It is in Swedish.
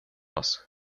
oss